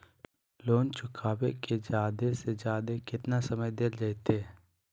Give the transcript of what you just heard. Loan चुकाबे के जादे से जादे केतना समय डेल जयते?